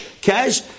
cash